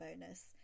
bonus